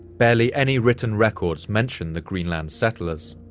barely any written records mention the greenland settlers.